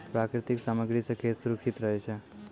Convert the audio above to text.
प्राकृतिक सामग्री सें खेत सुरक्षित रहै छै